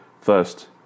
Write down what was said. first